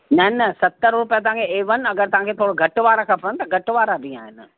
न न सतर रुपए तव्हांखे एवन अगरि तव्हांखे थोरो घटि वारा खपेनि त घटि वारा बि आहिनि